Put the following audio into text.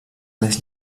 més